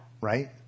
Right